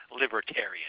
libertarian